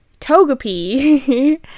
Togepi